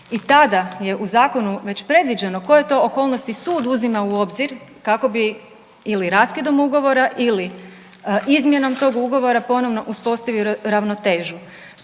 I tada je u zakonu već predviđeno koje to okolnosti sud uzima u obzir kako bi ili raskidom ugovora ili izmjenom tog ugovora ponovno uspostavio ravnotežu.